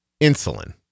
insulin